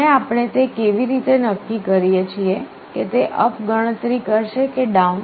અને આપણે તે કેવી રીતે નક્કી કરી શકીએ કે તે અપ ગણતરી કરશે કે ડાઉન